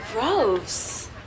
Gross